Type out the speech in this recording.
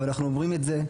ואנחנו אומרים את זה,